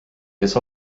kes